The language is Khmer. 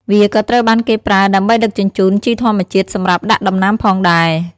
វាក៏ត្រូវបានគេប្រើដើម្បីដឹកជញ្ជូនជីធម្មជាតិសម្រាប់ដាក់ដំណាំផងដែរ។